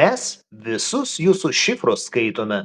mes visus jūsų šifrus skaitome